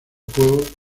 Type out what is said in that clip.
juego